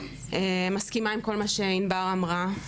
אני מסכימה עם כל מה שענבר אמרה.